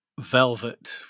velvet